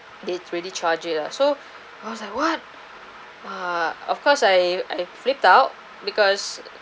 they really charge it lah so I was like what ah of course I I flipped out because